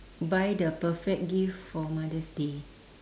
buy the perfect gift for mother's day